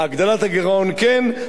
אבל לכוון אותה לבנייה תקציבית,